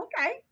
okay